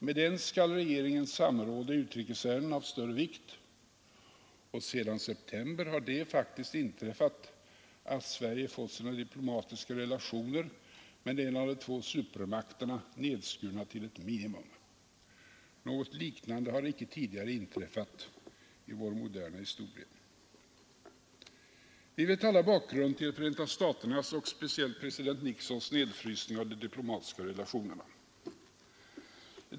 Med den skall regeringen samråda i utrikesärenden av större vikt, och sedan september har det faktiskt inträffat att Sverige fått sina diplomatiska relationer med en av de två supermakterna nedskurna till ett minimum. Något liknande har icke tidigare inträffat i vår moderna historia. Vi vet alla bakgrunden till Förenta staternas — och speciellt president Nixons — nedfrysning av de diplomatiska relationerna.